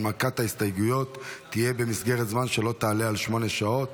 הנמקת ההסתייגויות תהיה במסגרת זמן שלא תעלה על שמונה שעות.